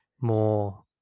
more